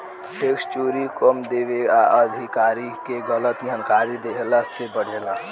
tax चोरी कम देवे आ अधिकारी के गलत जानकारी देहला से बढ़ेला